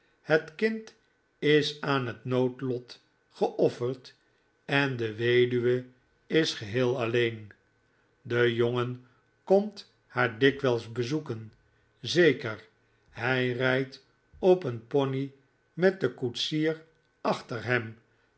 het kind is aan het noodlot geofferd en de weduwe is geheel alleen de jongen komt haar dikwijls bezoeken zeker hij rijdt op een pony met den koetsier achter hem